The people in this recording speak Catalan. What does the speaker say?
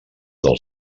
del